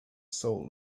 soul